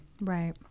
Right